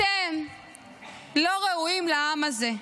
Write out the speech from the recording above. אתם לא ראויים לעם הזה.